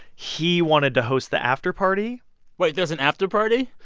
he wanted to host the after-party wait. there's an after-party?